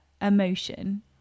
emotion